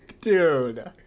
dude